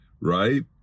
right